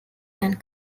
and